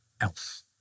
else